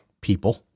people